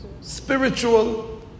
spiritual